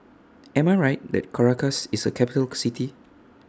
Am I Right that Caracas IS A Capital City